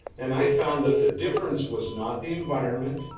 and i found that the difference was not the environment,